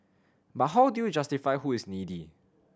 but how do you justify who is needy